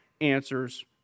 answers